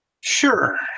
Sure